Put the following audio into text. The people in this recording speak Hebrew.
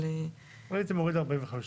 הייתי מוריד ל-45 ימים.